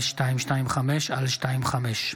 פ/5225/25.